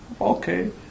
okay